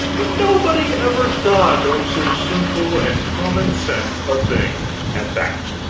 but nobody ever thought of so simple and common-sense a thing at that.